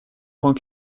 point